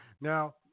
Now